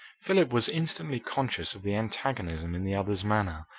philip was instantly conscious of the antagonism in the other's manner.